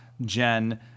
Jen